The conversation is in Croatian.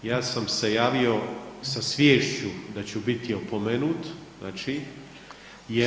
Ja sam se javio sa sviješću da ću biti opomenut znači jer